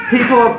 People